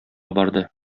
барды